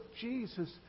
Jesus